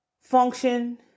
function